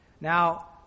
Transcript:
Now